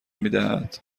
میدهد